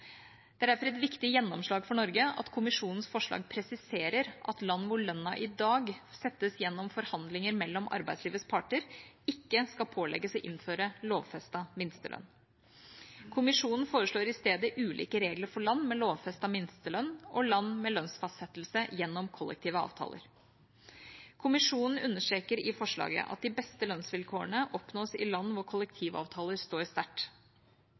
Det er derfor et viktig gjennomslag for Norge at Kommisjonens forslag presiserer at land hvor lønna i dag settes gjennom forhandlinger mellom arbeidslivets parter, ikke skal pålegges å innføre lovfestet minstelønn. Kommisjonen foreslår i stedet ulike regler for land med lovfestet minstelønn og land med lønnsfastsettelse gjennom kollektive avtaler. Kommisjonen understreker i forslaget at de beste lønnsvilkårene oppnås i land hvor kollektivavtaler står sterkt.